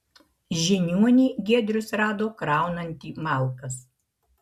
žiniuonį giedrius rado kraunantį malkas